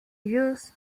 youth